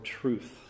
truth